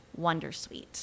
wondersuite